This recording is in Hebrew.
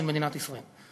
של מדינת ישראל.